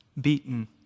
beaten